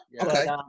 Okay